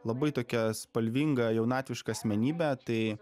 labai tokia spalvinga jaunatviška asmenybė tai